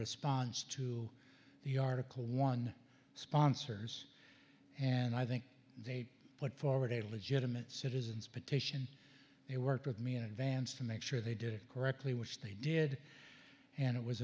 response to the article one sponsors and i think they put forward a legitimate citizens petition it worked with me in advance to make sure they did it correctly which they did and it was